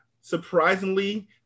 surprisingly